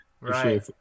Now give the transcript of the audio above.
Right